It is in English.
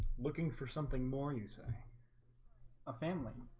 looking for something more you say a family